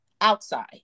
outside